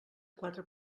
quatre